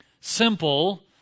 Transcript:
Simple